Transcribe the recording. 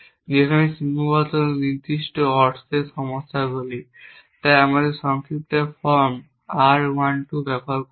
সেখানে সীমাবদ্ধতা নির্দিষ্ট করে অশ্বের সমস্যাগুলি তাই আমি সংক্ষিপ্ত ফর্ম R 1 2 ব্যবহার করব